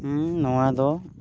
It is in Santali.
ᱦᱮᱸ ᱱᱚᱣᱟ ᱫᱚ